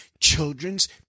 children's